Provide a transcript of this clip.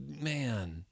man